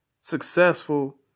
successful